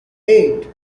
eight